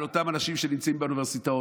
על אותם אנשים שנמצאים באוניברסיטאות,